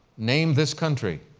name this country.